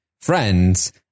friends